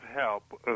help